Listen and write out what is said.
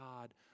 God